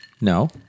No